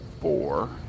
four